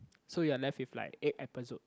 so you are left with like eight episodes